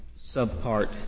subpart